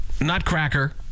nutcracker